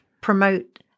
promote